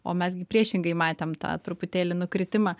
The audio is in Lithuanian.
o mes gi priešingai matėm tą truputėlį nukritimą